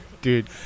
Dude